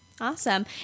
Awesome